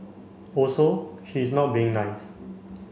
also she is not being nice